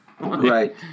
Right